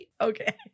Okay